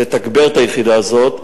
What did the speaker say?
לתגבר את היחידה הזאת.